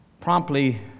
promptly